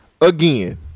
Again